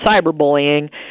cyberbullying